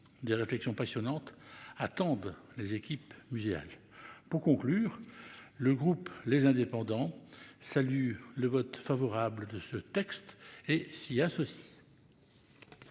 Des réflexions passionnantes attendent les équipes muséales. Pour conclure, le groupe Les Indépendants - République et Territoires salue le vote favorable de ce texte et s'y associe.